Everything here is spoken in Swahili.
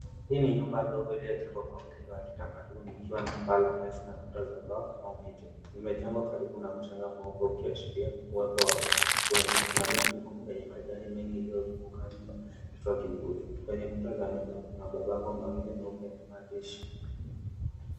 Hii ni nyumba ndogo iliyojengwa kwa mtindo wa kitamaduni ikiwa na paa la nyasi na kuta za mbao au miti. Imejengwa karibu na mchanga mweupe ukiashiria uwepo wa ufukweni. Kuna miti mkubwa yenye majani mengi iliyozunguka ikitoa kivuli. Kwenye kuta za mabango kuna mabango mawili meupe yenye mahandishi.